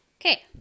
Okay